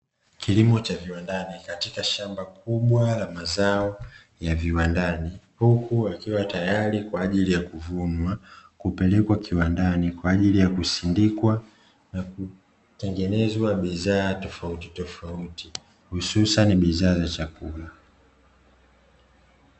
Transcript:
Kilimo cha viwandani katika shamba kubwa la mazao ya viwandani huku yakiwa tayari kwa akili ya kuvunwa, kupelekwa kiwandani kwa ajili ya kusindikwa na kutengenezwa bidhaa tofautitofauti hususani bidhaa za chakula.